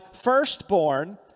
firstborn